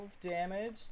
damage